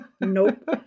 nope